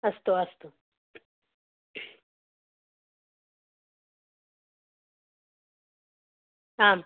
अस्तु अस्तु आम्